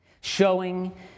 showing